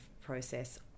process